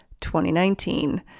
2019